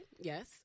Yes